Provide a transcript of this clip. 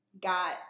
got